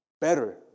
better